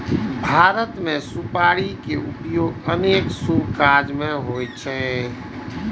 भारत मे सुपारी के उपयोग अनेक शुभ काज मे होइ छै